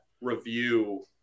review